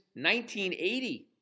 1980